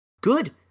good